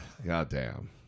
Goddamn